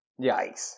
Yikes